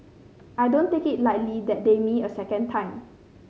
I don't take it lightly that they me a second time